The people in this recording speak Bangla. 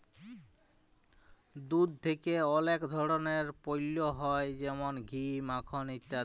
দুধ থেক্যে অলেক ধরলের পল্য হ্যয় যেমল ঘি, মাখল ইত্যাদি